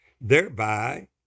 thereby